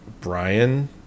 brian